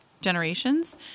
generations